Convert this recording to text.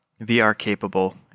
VR-capable